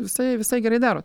visai visai gerai darot